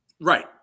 Right